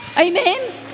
Amen